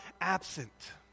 absent